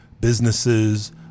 businesses